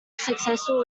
successful